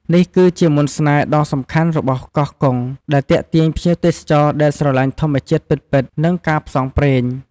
នេះគឺជាមន្តស្នេហ៍ដ៏សំខាន់របស់កោះកុង ដែលទាក់ទាញភ្ញៀវទេសចរដែលស្រលាញ់ធម្មជាតិពិតៗ និងការផ្សងព្រេង។